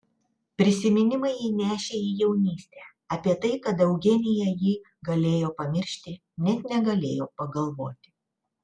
prisiminimai jį nešė į jaunystę apie tai kad eugenija jį galėjo pamiršti net negalėjo pagalvoti